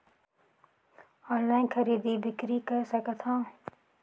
Online खरीदी बिक्री कर सकथव?